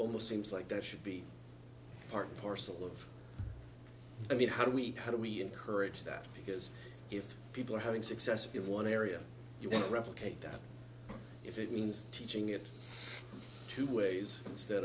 almost seems like that should be part parcel of i mean how do we how do we encourage that because if people are having success give one area you want to replicate that if it means teaching it to ways stead